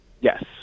Yes